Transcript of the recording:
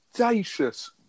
audacious